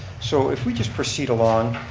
so if we just proceed along,